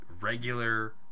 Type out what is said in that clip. regular